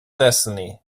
destiny